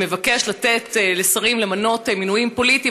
שמבקש לתת לשרים למנות מינויים פוליטיים,